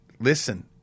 listen